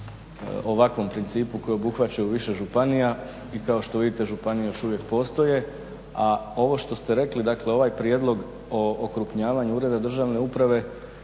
ovakvom principu koje obuhvaćaju više županije i kao što vidite županije još uvijek postoje, a ovo što ste rekli, dakle ovaj prijedlog o okrupnjavanju ureda državne uprave